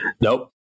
Nope